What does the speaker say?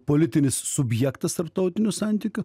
politinis subjektas tarptautinių santykių